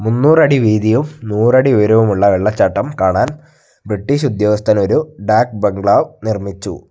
മുന്നൂറടി വീതിയും നൂറടി അടി ഉയരവുമുള്ള വെള്ളച്ചാട്ടം കാണാൻ ബ്രിട്ടീഷ് ഉദ്യോഗസ്ഥൻ ഒരു ഡാക് ബംഗ്ലാവ് നിർമ്മിച്ചു